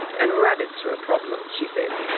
and rabbits are a problem, she says,